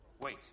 wait